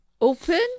Open